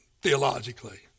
theologically